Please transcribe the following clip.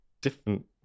different